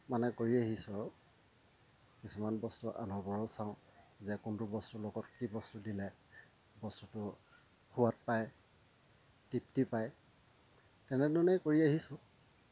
মানে কৰি আহিছোঁ আৰু কিছুমান বস্তু আনৰ পৰাও চাওঁ যে কোনটো বস্তুৰ লগত কি বস্তু দিলে বস্তুটো সোৱাদ পায় তৃপ্তি পায় তেনেধৰণেই কৰি আহিছোঁ